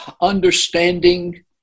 understanding